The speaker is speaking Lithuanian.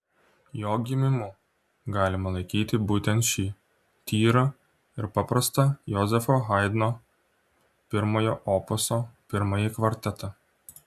jo gimimu galima laikyti būtent šį tyrą ir paprastą jozefo haidno pirmojo opuso pirmąjį kvartetą